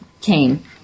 came